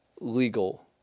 legal